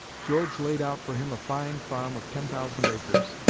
george laid out for him a fine farm of ten thousand acres.